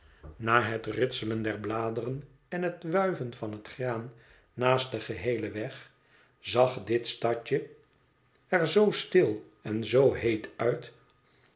na het ritselen der bladeren en het wuiven van het graan naast den geheelen weg zag dit stadje er zoo stil en zoo heet uit